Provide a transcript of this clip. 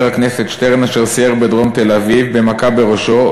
הכנסת שטרן אשר סייר בדרום תל-אביב במכה בראשו,